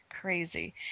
Crazy